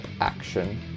action